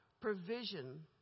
provision